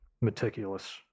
meticulous